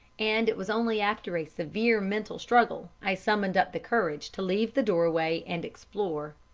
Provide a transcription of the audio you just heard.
and it was only after a severe mental struggle i summoned up the courage to leave the doorway and explore.